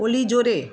ওলি জোরে